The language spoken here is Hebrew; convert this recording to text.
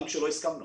גם כשלא הסכמנו,